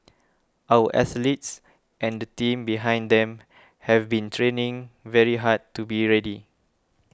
our athletes and the team behind them have been training very hard to be ready